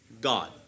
God